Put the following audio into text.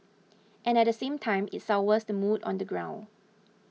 and at the same time it sours the mood on the ground